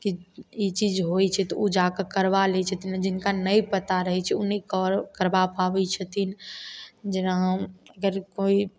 कि ई चीज होइ छै तऽ ओ जा कय करबा लै छथिन जिनका नहि पता रहै छै ओ नहि करबा पाबै छथिन जेना हम जब कोइ